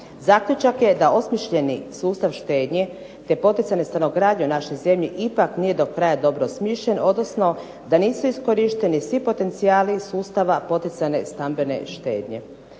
Zaključak je da osmišljeni sustav štednje te poticane stanogradnje u našoj zemlji ipak nije do kraja dobro smišljen, odnosno da nisu iskorišteni svi potencijali sustava poticajne stambene štednje.